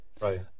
Right